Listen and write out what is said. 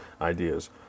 ideas